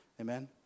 Amen